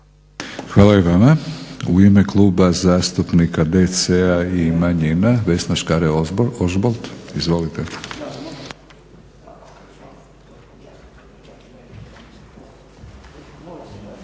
(HNS)** U ime Kluba zastupnika DC-a i manjina Vesna Škare Ožbolt. Izvolite.